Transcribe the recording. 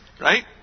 Right